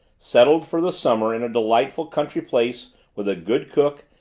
settled for the summer in a delightful country place with a good cook,